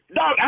Dog